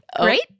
Great